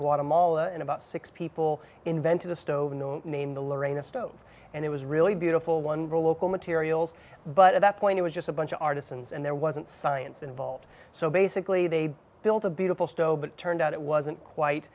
guatemala and about six people invented a stove and named the lorraine a stove and it was really beautiful one local materials but at that point it was just a bunch of artisans and there wasn't science involved so basically they built a beautiful stove but turned out it wasn't quite